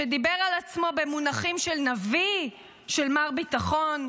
שדיבר על עצמו במונחים של נביא, של מר ביטחון,